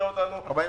כ-47